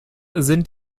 sind